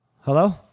Hello